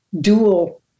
dual